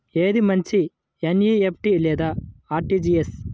ఏది మంచి ఎన్.ఈ.ఎఫ్.టీ లేదా అర్.టీ.జీ.ఎస్?